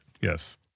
yes